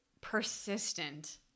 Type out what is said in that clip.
persistent